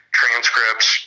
transcripts